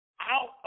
Out